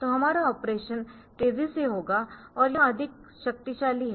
तो हमारा ऑपरेशन तेजी से होगा और यह अधिक शक्तिशाली है